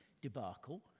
debacle